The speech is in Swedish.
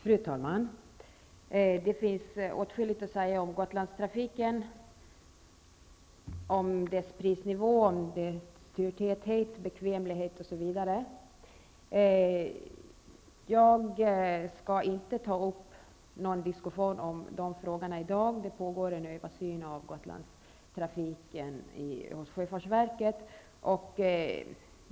Fru talman! Det finns åtskilligt att säga om Gotlandstrafiken, dess prisnivå, turtäthet, bekvämlighet osv. Jag skall inte ta upp någon diskussion om dessa frågor i dag. Det pågår en översyn av Gotlandstrafiken hos sjöfartsverket.